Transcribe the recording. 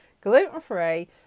gluten-free